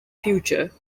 future